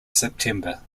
september